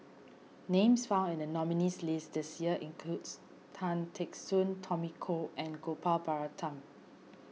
names found in the nominees' list this year includes Tan Teck Soon Tommy Koh and Gopal Baratham